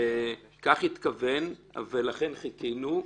וכך התכוון, ולכן חיכינו.